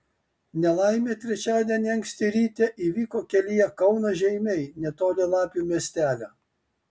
nelaimė trečiadienį anksti ryte įvyko kelyje kaunas žeimiai netoli lapių miestelio